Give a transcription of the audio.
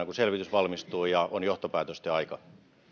valmistuu ja on johtopäätösten aika